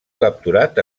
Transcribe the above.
capturat